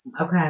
Okay